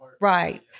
Right